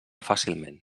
fàcilment